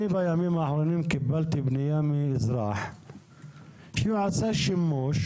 בימים האחרונים קיבלתי פנייה מאזרח שעשה שימוש